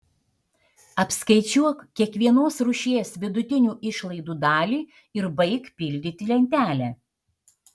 apskaičiuok kiekvienos rūšies vidutinių išlaidų dalį ir baik pildyti lentelę